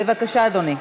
בבקשה, אדוני.